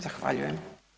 Zahvaljujem.